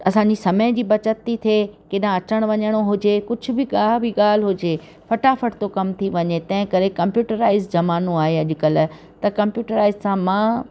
असांजी समय जी बचति थी थिए केॾांहुं अचण वञिणो हुजे कुझु बि का बि ॻाल्हि हुजे फटाफट थो कमु थी वञे तंहिं करे कंप्यूटराइस ज़मानो आहे अॼुकल्ह त कंप्यूटराइस सां मां